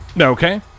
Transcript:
Okay